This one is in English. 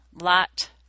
lot